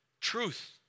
Truth